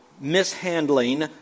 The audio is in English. mishandling